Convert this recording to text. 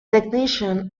technician